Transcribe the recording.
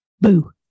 Boo